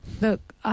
Look